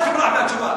אל תברח מהתשובה.